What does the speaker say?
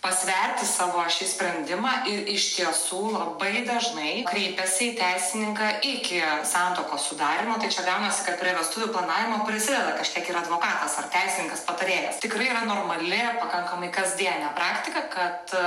pasverti savo šį sprendimą ir iš tiesų labai dažnai kreipiasi į teisininką iki santuokos sudarymo tai čia gaunasi kad prie vestuvių planavimo prasideda kažkiek ir advokatas ar teisininkas patarėjas tikrai yra normali pakankamai kasdienė praktika kad